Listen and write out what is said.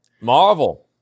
Marvel